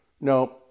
No